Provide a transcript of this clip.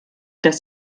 dass